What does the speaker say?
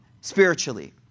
spiritually